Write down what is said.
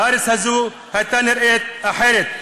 והארץ הזאת הייתה נראית אחרת.